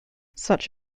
such